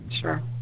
Sure